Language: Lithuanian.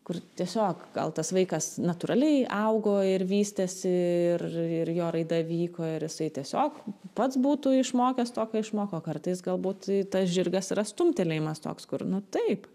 kur tiesiog gal tas vaikas natūraliai augo ir vystėsi ir ir jo raida vyko ir jisai tiesiog pats būtų išmokęs to ką išmoko kartais galbūt tas žirgas yra stumtelėjimas toks kur nu taip